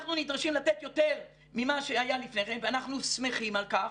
אנחנו נדרשים לתת יותר ממה שהיה לפני כן ואנחנו שמחים על כך.